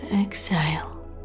exhale